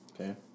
Okay